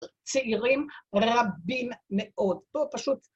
צעירים רבים מאוד, פה פשוט